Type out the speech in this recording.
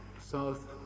south